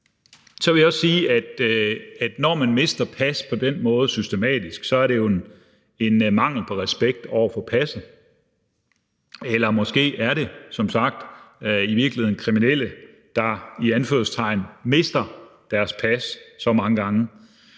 Så vil jeg også sige, at når man på den måde systematisk mister sit pas, så er det jo udtryk for en manglende respekt for passet, eller måske er det som sagt i virkeligheden kriminelle, der – i anførselstegn – mister deres pas så mange gange.